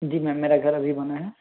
जी ma'am मेरा घर अभी बना है